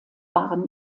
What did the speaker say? waren